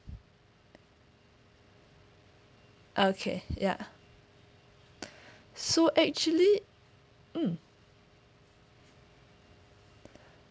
okay ya so actually mm